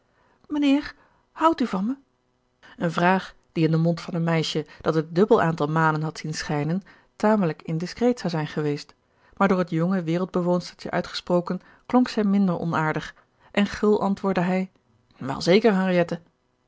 mijnheer houdt u van me eene vraag die in den mond van een meisje dat het dubbel aantal manen had zien schijnen tamelijk indiscreet zou zijn geweest maar door het jonge wereld bewoonstertje uitgesproken klonk zij minder onaardig en gul antwoordde hij wel zeker